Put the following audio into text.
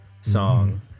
song